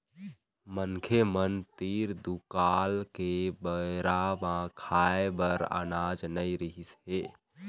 मनखे मन तीर दुकाल के बेरा म खाए बर अनाज नइ रिहिस हे